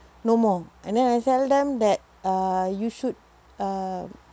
no more and then I tell them that uh you should um